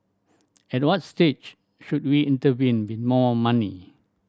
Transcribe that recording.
at what stage should we intervene with more money